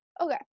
Okay